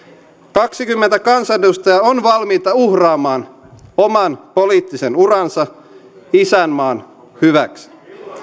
kaksikymmentä kansanedustajaa on valmiita uhraamaan oman poliittisen uransa isänmaan hyväksi